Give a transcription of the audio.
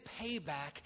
payback